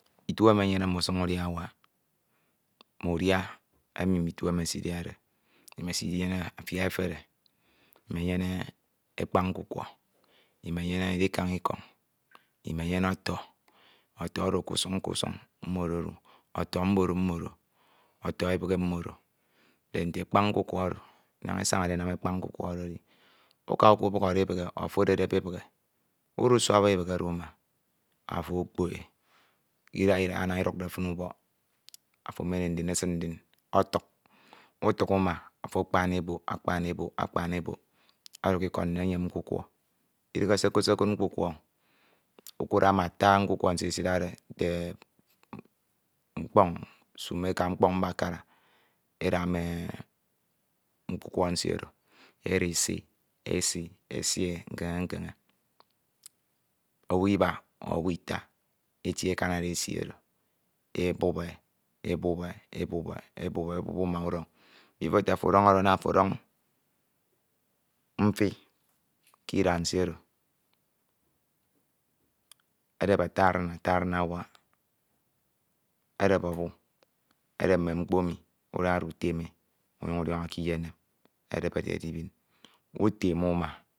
Itu emi enyene mme usuñ udia awak, mme udia emi mme itu emi esidiade, imesinyene afiak efere imenyene ekpan nkukwo, imenyene edikana ikọñ imeyene ọtọ ọtọ oro k'usañ k'usuñ mode odu, ọtọ mmoro mmodu ọtọ ebrehe mmodo dente ekpañ nkukwo oro naña esañade enam ekpañ nkukwo oeo edi nka ukọbukhọde ebide ọ ofo ededep ebibe udusọbọ ubife oro uma afo okpok e kidaha idaha naña idukde fin ubọk afo emen e ndin esin ndin ọtuk utuk uma afo akpani e obok akpani obok akpani obok ukpani e ubok uma afo ọduk ikọd ndin enyem nkakwọ idighe se okud se okud nkukwa o udukuda mm'ata nkukwọ esidade nte mkpoñ simeka mkpọñ mmakara eda mme nkukwọ nsie oro edisi esi esi, esie nkene nkeñe ekie ekanade esi oro ebup e echop e, ebup e, ebup e, ebup e ebup e, ebup e uma udọñ bifo afo otu ubupe uma mfi k'idak nsie Oro edep ata adin ata adin awake edep ọbu edep mme mkpo emi udade utem e önyuñ ọdiọnọ k'inyenem item e uma enyañ edire k'ikani utem e uma.